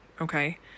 Okay